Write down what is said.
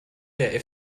der